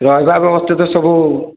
ରହିବା ବ୍ୟବସ୍ଥା ତ ସବୁ